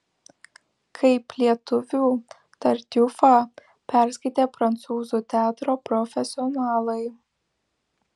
kaip lietuvių tartiufą perskaitė prancūzų teatro profesionalai